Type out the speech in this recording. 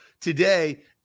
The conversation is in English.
today